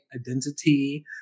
identity